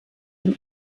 dem